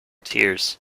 tears